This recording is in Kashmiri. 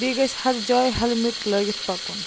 بیٚیہِ گَژھہِ ہر جاے ہٮ۪لمِٹ لٲگِتھ پَکُن